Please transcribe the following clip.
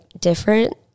different